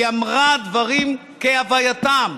היא אמרה דברים כהווייתם,